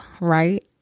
right